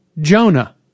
Jonah